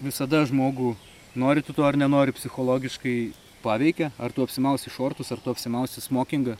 visada žmogų nori tu to ar nenori psichologiškai paveikia ar tu apsimausi šortus ar tu apsimausi smokingą